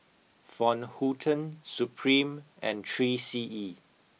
Van Houten Supreme and three C E